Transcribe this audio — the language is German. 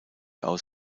aus